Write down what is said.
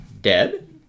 dead